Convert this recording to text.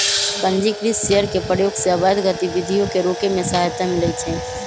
पंजीकृत शेयर के प्रयोग से अवैध गतिविधियों के रोके में सहायता मिलइ छै